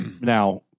Now